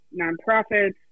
nonprofits